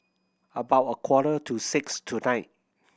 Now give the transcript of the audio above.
about a quarter to six tonight